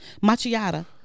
macchiato